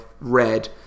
read